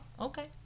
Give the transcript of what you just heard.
okay